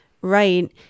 Right